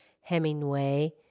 Hemingway